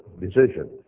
decision